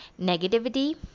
negativity